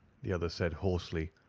the other said, hoarsely.